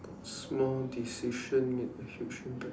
small decision made a huge impact